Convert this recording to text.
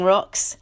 Rocks